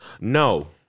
No